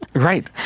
right,